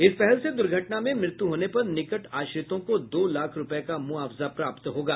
इस पहल से दुर्घटना में मृत्यु होने पर निकट आश्रितों को दो लाख रूपये का मुआवजा प्राप्त होगा